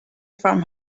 from